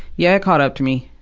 yeah, it caught up to me,